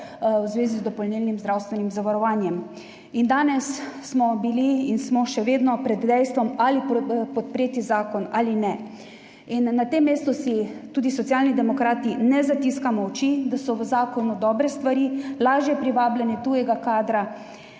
v zvezi z dopolnilnim zdravstvenim zavarovanjem. Danes smo bili in smo še vedno pred dejstvom, ali podpreti zakon ali ne. Na tem mestu si tudi Socialni demokrati ne zatiskamo oči, da so v zakonu dobre stvari – lažje privabljanje tujega kadra,